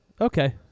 Okay